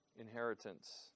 inheritance